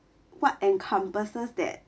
what encompasses that